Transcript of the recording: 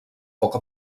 poca